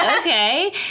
okay